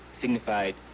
signified